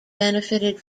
benefited